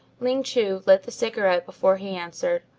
ling chu lit the cigarette before he answered,